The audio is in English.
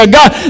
God